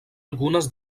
algunes